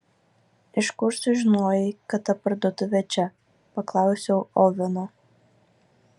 iš kur sužinojai kad ta parduotuvė čia paklausiau oveno